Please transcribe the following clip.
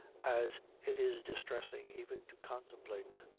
as it is distressing even to contemplate.